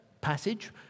passage